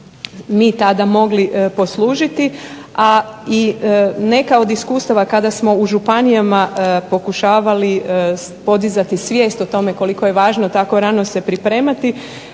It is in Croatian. mi tada mogli poslužiti, a i neka od iskustava kada smo u županijama pokušavali podizati svijest o tome koliko je važno tako rano se pripremati